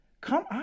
Come